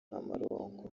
amaronko